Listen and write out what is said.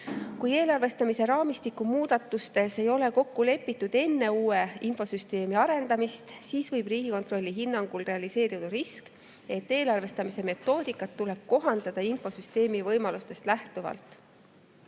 Kui eelarvestamise raamistiku muudatustes ei ole kokku lepitud enne uue infosüsteemi arendamist, siis võib Riigikontrolli hinnangul realiseeruda risk, et eelarvestamise metoodikat tuleb kohandada infosüsteemi võimalustest lähtuvalt.